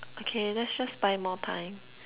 okay let's just buy more time